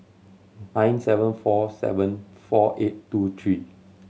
nine seven four seven four eight two three